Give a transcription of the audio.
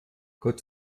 gott